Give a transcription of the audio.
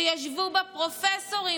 שישבו בה פרופסורים,